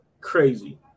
crazy